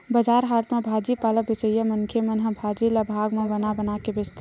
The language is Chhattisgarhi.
बजार हाट म भाजी पाला बेचइया मनखे मन ह भाजी ल भाग म बना बना के बेचथे